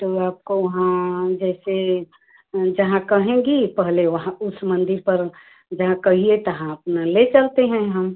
तो आपको वहाँ जैसे जहाँ कहेंगी पहले वहाँ उस मंदिर पर जहाँ कहिए तहाँ अपना ले चलते हैं हम